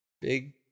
Big